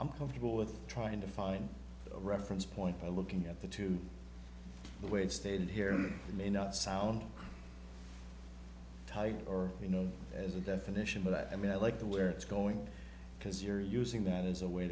i'm comfortable with trying to find a reference point by looking at the to the way it stated here and that may not sound or you know as a definition but i mean i like the where it's going because you're using that as a way